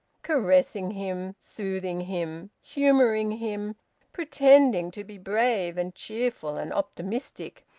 caressing him, soothing him, humouring him pretending to be brave and cheerful and optimistic,